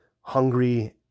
hungry